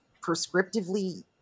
prescriptively